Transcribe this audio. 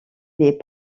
des